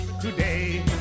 today